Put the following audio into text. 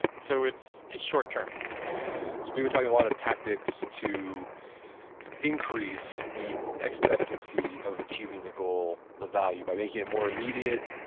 and so it's it's short term we were talking a lot of tactics to increase the expectancy of achieving the goal, the value by making it more immediate,